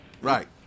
right